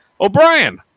O'Brien